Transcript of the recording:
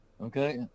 okay